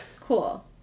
Cool